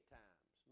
times